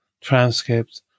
transcripts